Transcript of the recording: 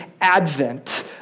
advent